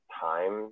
time